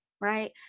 right